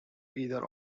either